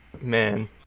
man